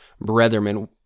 brethren